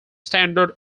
standard